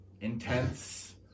intense